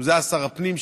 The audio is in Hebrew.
היה שם שר הפנים,